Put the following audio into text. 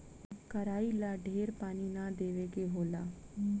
कराई ला ढेर पानी ना देवे के होला